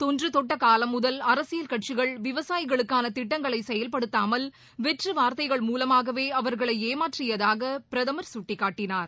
தொன்றுதொட்ட காலம் முதல் அரசியல் கட்சிகள் விவசாயிகளுக்கான திட்டங்களை செயல்படுத்தாமல் வெற்று வார்த்தைகள் மூலமாகவே அவர்களை ஏமாற்றியதாக பிரதமர் கட்டிக்காட்டினார்